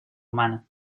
humana